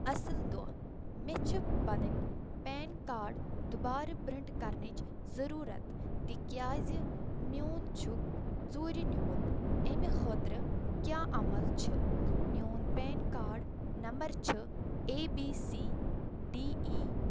اصٕل دۄہ مےٚ چھِ پنٕنۍ پین کارڈ دُبارٕ پٔرنٛٹ کرنٕچ ضُروٗرت تہِ کیٛازِ میون چھُکھ ژوٗرِ نِمُت امہِ خٲطرٕ کیٛاہ عمل چھِ میون پین کارڈ نمبر چھُ A B C D E